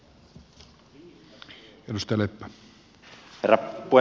herra puhemies